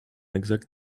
exact